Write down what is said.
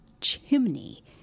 chimney